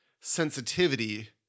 sensitivity